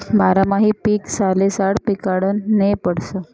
बारमाही पीक सालेसाल पिकाडनं नै पडस